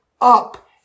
up